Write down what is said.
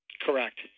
Correct